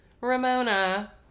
Ramona